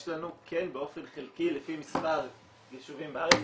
יש לנו כן באופן חלקי לפי מספר יישובים בארץ,